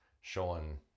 Showing